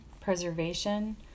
preservation